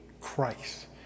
Christ